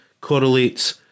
correlates